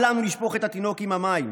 אל לנו לשפוך את התינוק עם המים.